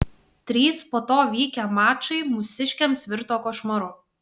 trys po to vykę mačai mūsiškiams virto košmaru